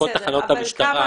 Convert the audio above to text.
אלה כל תחנות המשטרה.